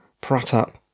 Pratap